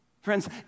Friends